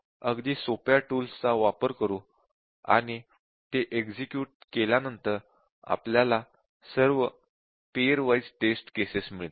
आपण अगदी सोप्या टूल्स चा वापर करू आणि ते एक्झिक्युट केल्यानंतर आपल्याला सर्व पेअर वाइज़ टेस्ट केसेस मिळतील